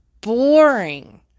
boring